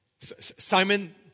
Simon